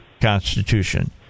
Constitution